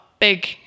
big